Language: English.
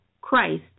Christ